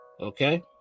Okay